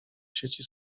sieci